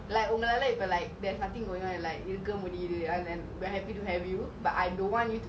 time before something happens so ticking time bomb over here if like